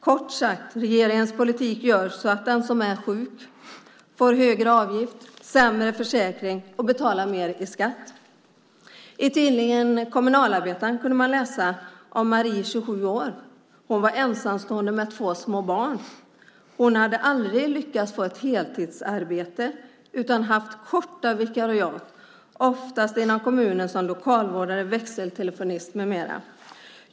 Kort sagt gör regeringens politik att den som är sjuk får högre avgift, får sämre försäkring och får betala mer i skatt. I tidningen Kommunalarbetaren kunde man läsa om Marie som är 27 år. Hon var ensamstående med två små barn. Hon hade aldrig lyckats få ett heltidsarbete utan haft korta vikariat, oftast inom kommunen som lokalvårdare, växeltelefonist med mera.